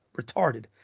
Retarded